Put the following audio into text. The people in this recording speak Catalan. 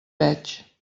veig